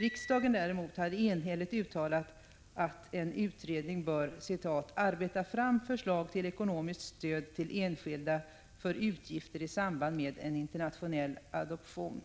Riksdagen däremot hade enhälligt uttalat att en utredning borde ”arbeta fram förslag till ekonomiskt stöd till enskilda för utgifter i samband med en internationell adoption”.